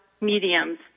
mediums